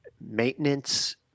maintenance